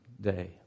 day